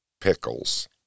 pickles